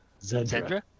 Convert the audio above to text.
Zendra